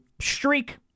streak